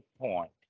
point